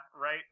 right